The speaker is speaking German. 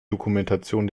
dokumentation